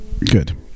Good